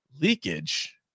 Leakage